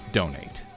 donate